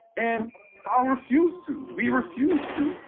and i'll refuse to, we refuse to,